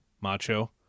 Macho